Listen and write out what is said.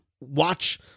watch